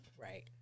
Right